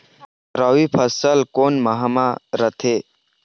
रबी फसल कोन माह म रथे?